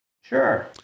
Sure